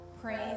Praise